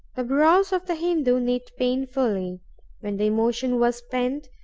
the brows of the hindoo knit painfully when the emotion was spent,